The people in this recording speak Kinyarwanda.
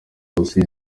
rusizi